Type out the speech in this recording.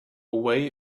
away